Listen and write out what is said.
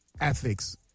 ethics